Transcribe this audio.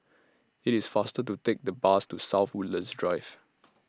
IT IS faster to Take The Bus to South Woodlands Drive